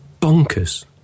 bonkers